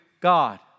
God